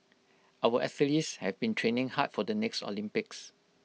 our athletes have been training hard for the next Olympics